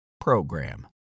program